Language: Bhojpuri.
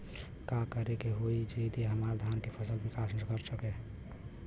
का करे होई की हमार धान के फसल विकास कर सके?